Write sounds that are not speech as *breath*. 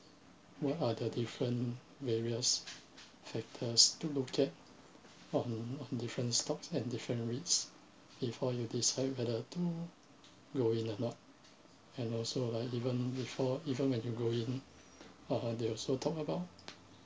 what are the different various factors to look at on on different stocks and different risks before you decide whether to go in or not and also like even before even when you go in *breath* uh they also talk about